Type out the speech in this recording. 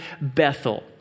Bethel